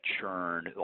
churn